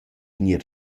gnir